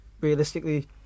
realistically